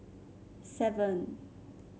seven